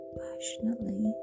passionately